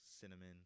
cinnamon